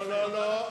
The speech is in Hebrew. לא, לא.